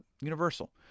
universal